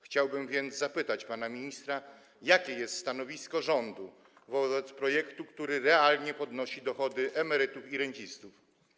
Chciałbym więc zapytać pana ministra: Jakie jest stanowisko rządu wobec projektu, który realnie podnosi dochody emerytów i rencistów?